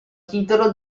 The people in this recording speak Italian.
titolo